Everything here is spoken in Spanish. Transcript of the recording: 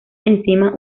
enzima